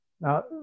Now